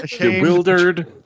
Bewildered